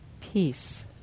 Peace